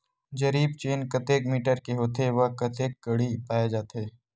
जरीब चेन कतेक मीटर के होथे व कतेक कडी पाए जाथे?